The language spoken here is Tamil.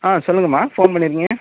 ஆ சொல்லுங்கம்மா ஃபோன் பண்ணிருந்தீங்கள்